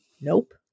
Nope